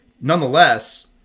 nonetheless